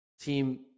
team